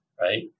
right